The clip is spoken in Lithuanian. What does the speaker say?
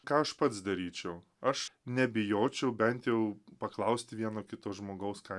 ką aš pats daryčiau aš nebijočiau bent jau paklausti vieno kito žmogaus ką